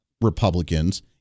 Republicans